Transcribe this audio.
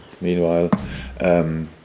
Meanwhile